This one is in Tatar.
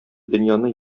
дөньяны